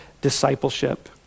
discipleship